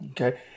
okay